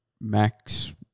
Max